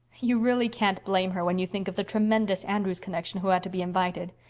you really can't blame her when you think of the tremendous andrews connection who had to be invited.